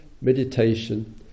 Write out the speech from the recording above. meditation